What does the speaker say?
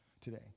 today